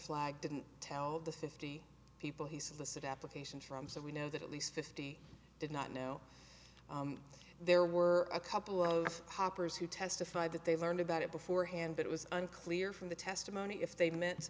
flagg didn't tell the fifty people he solicit applications from so we know that at least fifty did not know there were a couple of hoppers who testified that they learned about it beforehand but it was unclear from the testimony if they meant